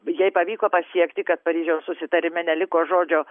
jai pavyko pasiekti kad paryžiaus susitarime neliko žodžio